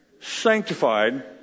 sanctified